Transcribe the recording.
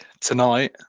tonight